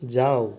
যাও